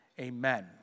Amen